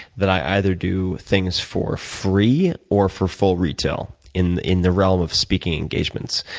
that i either do things for free or for full retail in in the realm of speaking engagements,